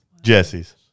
Jesse's